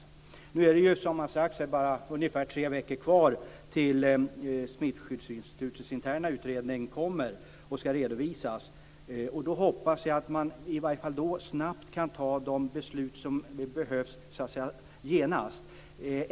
Nu är det, som har sagts här, bara tre veckor kvar ungefär tills Smittskyddsinstitutets interna utredning ska redovisas. Jag hoppas att man i varje fall då snabbt kan fatta de beslut som så att säga behövs genast.